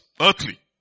earthly